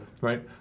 right